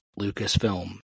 Lucasfilm